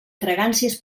fragàncies